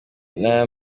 n’aya